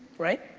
right?